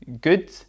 good